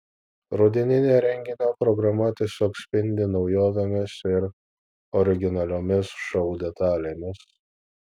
rudeninė renginio programa tiesiog spindi naujovėmis ir originaliomis šou detalėmis